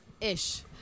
Ish